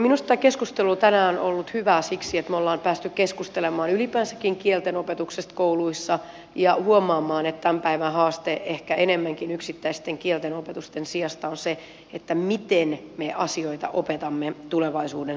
minusta tämä keskustelu tänään on ollut hyvää siksi että me olemme päässeet keskustelemaan ylipäänsäkin kieltenopetuksesta kouluissa ja huomaamaan että tämän päivän haaste ehkä enemmänkin yksittäisten kielten opetusten sijasta on se miten me asioita opetamme tulevaisuuden sukupolvelle